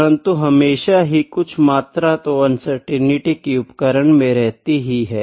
परन्तु हमेशा ही कुछ मात्रा तो अनसर्टेनिटी की उपकरण में रहती ही है